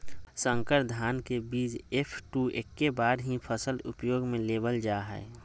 संकर धान के बीज एफ.टू एक्के बार ही फसल उपयोग में लेवल जा हइ